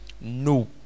no